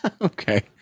Okay